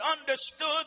understood